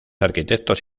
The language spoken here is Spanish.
arquitectos